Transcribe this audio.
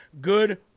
good